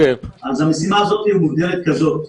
אז המשימה הזאת מוגדרת כזאת.